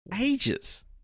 ages